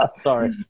sorry